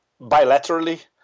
bilaterally